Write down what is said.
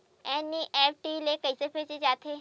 NEFT ले कइसे भेजे जाथे?